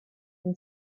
than